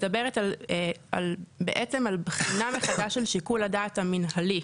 מדברת בעצם על בחינה מחדש של שיקול הדעת המינהלי,